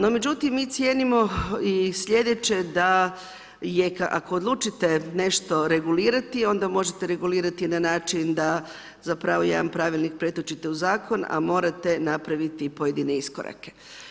No, međutim, mi cijenimo sljedeće, je ako odlučite nešto regulirati, onda možete regulirati na način, zapravo, jedan pravilnik pretočite u zakon, a morate napraviti pojedine iskorake.